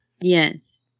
Yes